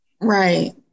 right